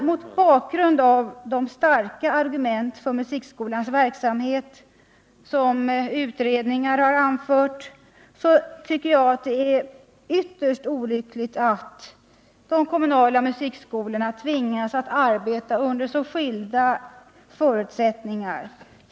Mot bakgrunden av de starka argument för musikskolans verksamhet som utredningarna har anfört tycker jag att det är ytterst olyckligt att de kommunla musikskolorna tvingas arbeta under så skilda förutsättningar.